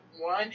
one